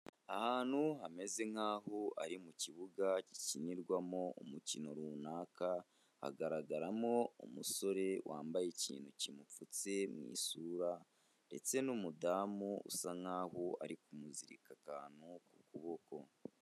Ahantu hameze nkaho ari mu kibuga gikinirwamo umukino runaka hagaragaramo umusore wambaye ikintu kimupfutse mu isura ndetse n'umudamu usa nkaho ari kumuzirika akantu ku kuboko.